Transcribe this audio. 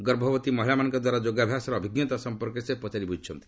ଗର୍ଭବତୀ ମହିଳାମାନଙ୍କ ଦ୍ୱାରା ଯୋଗାଭ୍ୟାସର ଅଭିଜ୍ଞତା ସମ୍ପର୍କରେ ସେ ପଚାରି ବୁଝିଛନ୍ତି